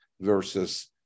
versus